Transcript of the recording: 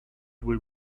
will